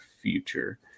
future